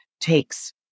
takes